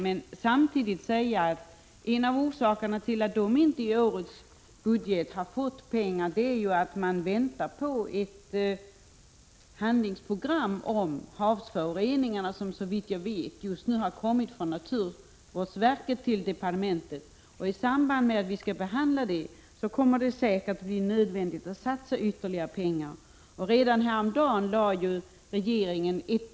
Samtidigt vill jag säga att en av orsakerna till att man inte anslagit pengar till detta i årets budget är att man väntar på ett handlingsprogram mot havsföroreningarna, och det har — såvitt jag vet — nu kommit från naturvårdsverket till departementet. I samband med det kommer det säkert att bli nödvändigt att satsa ytterligare pengar. Redan häromdagen lade regeringen fram ett .